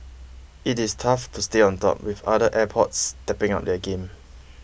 it is tough to stay on top with other airports stepping up their game